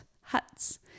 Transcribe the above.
huts